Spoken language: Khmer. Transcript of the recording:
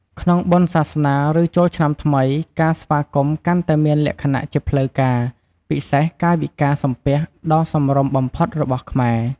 ក្នុងបុណ្យសាសនា ឬចូលឆ្នាំថ្មី ការស្វាគមន៍កាន់តែមានលក្ខណៈជាផ្លូវការ ពិសេសកាយវិការសំពះដ៏សមរម្យបំផុតរបស់ខ្មែរ។